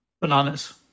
Bananas